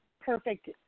perfect